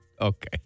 Okay